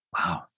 Wow